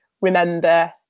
remember